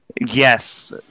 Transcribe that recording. Yes